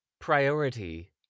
priority